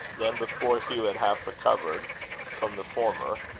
then, before hugh had half recovered from the former,